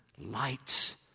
light